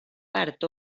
part